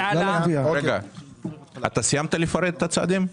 סיימת לפרט את הצעדים?